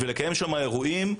לקיים שם אירועים,